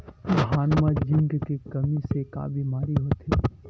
धान म जिंक के कमी से का बीमारी होथे?